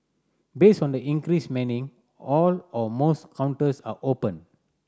based on the increased manning all or most counters are open